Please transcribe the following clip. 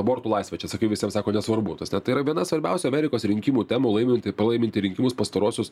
abortų laisvė čia sakai visiem sako nesvarbu ta prasme tai yra viena svarbiausių amerikos rinkimų temų laiminti ir pralaiminti rinkimus pastaruosius